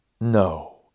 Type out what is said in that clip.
no